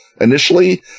initially